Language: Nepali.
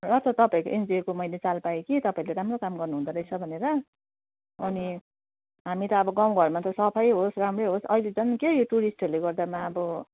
र त तपाईँको एनजिओको मैले चाल पाएँ कि तपाईँहरूले राम्रो काम गर्नु हुँदो रहेछ भनेर अनि हामी त अब गाउँघरमा त अब सफाइ होस् राम्रै होस् अहिले झन् क्या यो टुरिस्टहरूले गर्दामा अब